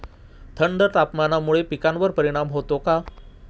थंड तापमानामुळे पिकांवर परिणाम होतो का?